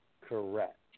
Correct